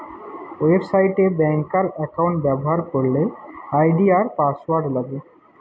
website এ ব্যাংকার account ব্যবহার করলে আই.ডি আর পাসওয়ার্ড লাগে